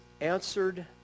answered